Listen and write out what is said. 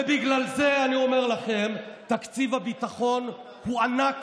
ובגלל זה, אני אומר לכם, תקציב הביטחון הוא ענק,